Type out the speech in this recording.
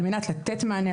על מנת לתת מענה,